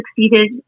succeeded